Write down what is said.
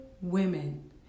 Women